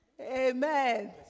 Amen